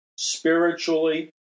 spiritually